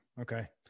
okay